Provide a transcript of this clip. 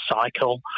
cycle